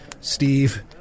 Steve